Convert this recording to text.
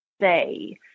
say